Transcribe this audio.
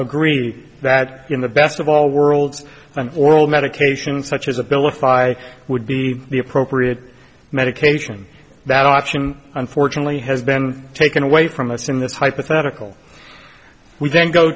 agree that in the best of all worlds an oral medication such as abilify would be the appropriate medication that option unfortunately has been taken away from us in this hypothetical we